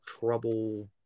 trouble